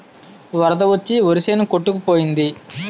వరద వచ్చి వరిసేను కొట్టుకు పోనాది